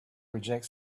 reject